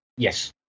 Yes